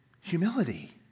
Humility